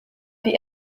die